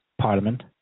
Parliament